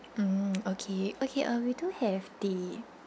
mm okay okay uh we do have the